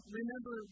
remember